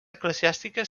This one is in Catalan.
eclesiàstica